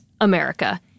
America